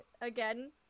again